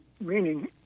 meaning